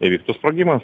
įvyktų sprogimas